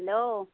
hello